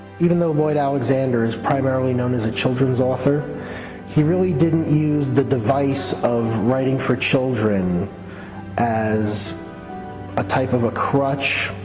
even though lloyd alexander is primarily known as a children's author he really didn't use the device of writing for children as a type of a crutch.